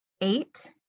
eight